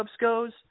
goes